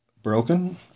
Broken